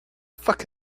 fuck